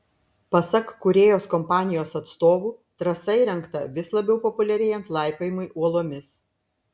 pasak kūrėjos kompanijos atstovų trasa įrengta vis labiau populiarėjant laipiojimui uolomis